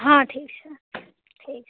हँ ठीक छै ठीक छै